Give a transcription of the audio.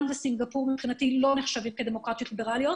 וסינגפור לא נחשבות לדמוקרטיות ליברליות